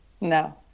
No